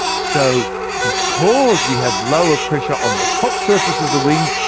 so because we have lower pressure on the top surface of the wing,